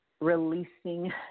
releasing